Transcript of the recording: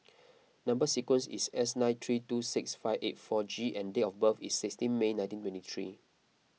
Number Sequence is S nine three two six five eight four G and date of birth is sixteen May nineteen twentythree